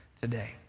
today